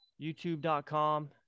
youtube.com